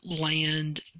land